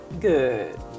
Good